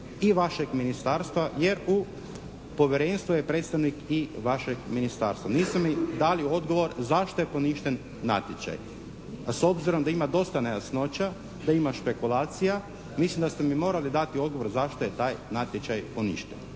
i vašeg ministarstva jer u povjerenstvu je predstavnik i vašeg ministarstva. Niste mi dali odgovor zašto je poništen natječaj. A s obzirom da ima dosta nejasnoća, da ima špekulacija, mislim da ste mi morali dati odgovor zašto je taj natječaj poništen.